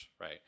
right